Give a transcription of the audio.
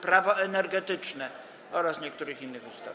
Prawo energetyczne oraz niektórych innych ustaw.